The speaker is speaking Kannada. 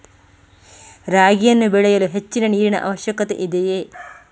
ರಾಗಿಯನ್ನು ಬೆಳೆಯಲು ಹೆಚ್ಚಿನ ನೀರಿನ ಅವಶ್ಯಕತೆ ಇದೆಯೇ?